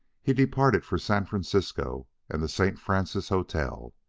he departed for san francisco and the st. francis hotel.